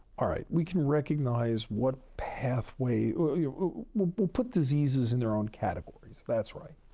all right, we can recognize what pathway we'll we'll put diseases in their own categories that's right.